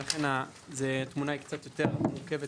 ולכן התמונה היא קצת יותר מורכבת.